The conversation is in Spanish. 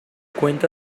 cuenta